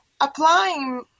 applying